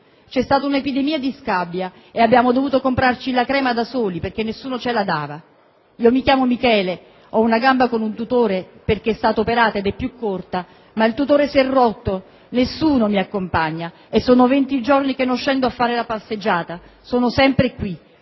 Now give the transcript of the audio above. C'è stata un'epidemia di scabbia e abbiamo dovuto comprarci la crema da soli perché nessuno ce la dava». «Io mi chiamo Michele. Ho una gamba con un tutore perché è stata operata ed è più corta, ma il tutore si è rotto, nessuno mi accompagna e sono venti giorni che non scendo a fare la passeggiata, sto sempre qua,